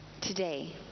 Today